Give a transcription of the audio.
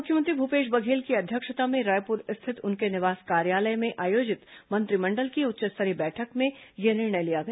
मुख्यमंत्री भूपेश बधेल की अध्यक्षता में रायपुर स्थित उनके निवास कार्यालय में आयोजित मंत्रिमंडल की उच्च स्तरीय बैठक में यह निर्णय लिया गया